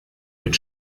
mit